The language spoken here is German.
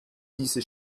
diese